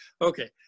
Okay